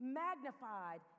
magnified